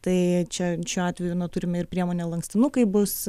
tai čia šiuo atveju na turime ir priemonę lankstinukai bus